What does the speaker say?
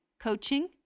coaching